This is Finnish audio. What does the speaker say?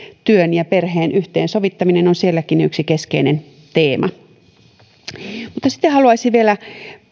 työn ja perheen yhteensovittaminen on sielläkin yksi keskeinen teema mutta sitten haluaisin vielä